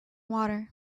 water